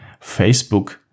Facebook